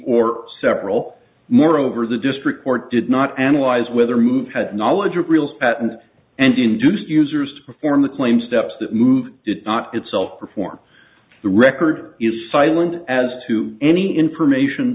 or several moreover the district court did not analyze whether move had knowledge of real's patent and induced users to perform the claimed steps that move did not itself perform the record is silent as to any information